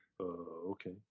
Okay